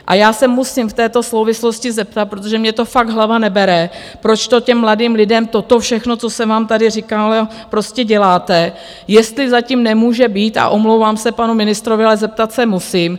A já se musím v této souvislosti zeptat, protože mě to fakt hlava nebere, proč těm mladým lidem toto všechno, co jsem vám tady říkala, prostě děláte, jestli za tím nemůže být, a omlouvám se panu ministrovi, ale zeptat se musím.